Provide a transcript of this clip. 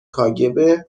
کاگب